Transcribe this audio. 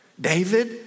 David